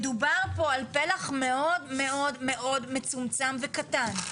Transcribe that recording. מדובר פה על פלח מאוד מאוד מאוד מצומצם וקטן.